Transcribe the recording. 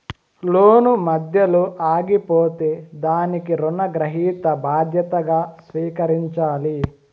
లోను మధ్యలో ఆగిపోతే దానికి రుణగ్రహీత బాధ్యతగా స్వీకరించాలి